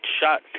shot